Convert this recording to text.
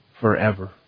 forever